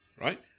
right